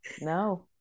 no